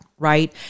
Right